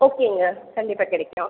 ஓகேங்க கண்டிப்பாக கிடைக்கும்